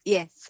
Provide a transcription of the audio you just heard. Yes